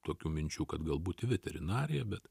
tokių minčių kad galbūt į veterinariją bet